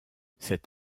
cet